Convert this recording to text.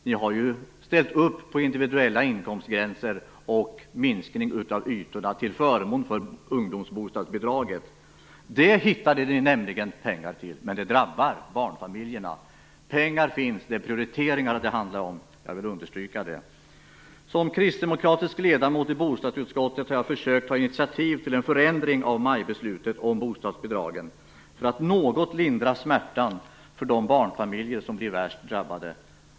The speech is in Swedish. Ni har ställt upp på individuella inkomstgränser och minskning av ytorna till förmån för ungdomsbostadsbidraget. Till det hittade ni nämligen pengar, men det drabbar barnfamiljerna. Pengarna finns - det är prioriteringar det handlar om. Jag vill understryka det. Som kristdemokratisk ledamot i bostadsutskottet har jag försökt ta initiativ till en förändring av majbeslutet om bostadsbidragen för att något lindra smärtan hos de barnfamiljer som blir värst drabbade.